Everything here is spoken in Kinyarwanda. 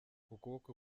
ukuboko